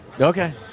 Okay